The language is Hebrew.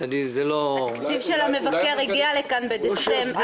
התקציב של המבקר הגיע לכאן בדצמבר,